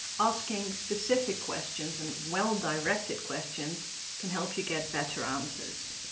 asking specific questions and well-directed questions can help you get better answers.